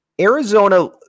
Arizona